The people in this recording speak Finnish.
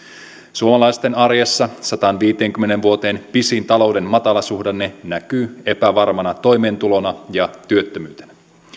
suomalaisten arjessa sataanviiteenkymmeneen vuoteen pisin talouden matalasuhdanne näkyy epävarmana toimeentulona ja työttömyytenä